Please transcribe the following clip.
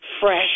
fresh